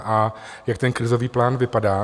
A jak ten krizový plán vypadá?